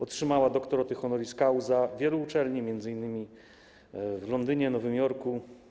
Otrzymała doktoraty honoris causa wielu uczelni, m.in. w Londynie, Nowym Jorku.